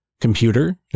computer